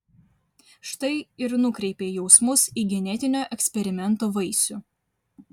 štai ir nukreipei jausmus į genetinio eksperimento vaisių